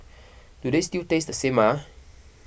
do they still taste the same ah